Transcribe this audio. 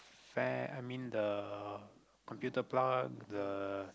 fan I mean the computer plug the